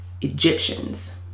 Egyptians